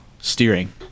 steering